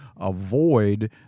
avoid